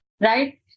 right